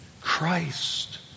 Christ